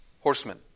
horsemen